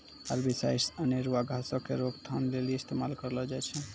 herbicides अनेरुआ घासो के रोकथाम लेली इस्तेमाल करलो जाय छै